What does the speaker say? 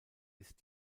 ist